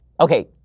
Okay